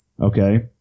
Okay